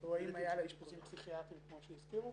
או האם היו לה אשפוזים פסיכיאטרים כמו שהזכירו.